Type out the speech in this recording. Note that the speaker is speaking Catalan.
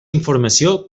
informació